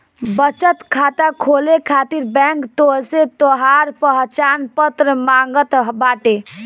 बचत खाता खोले खातिर बैंक तोहसे तोहार पहचान पत्र मांगत बाटे